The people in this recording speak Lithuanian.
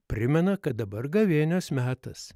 primena kad dabar gavėnios metas